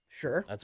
Sure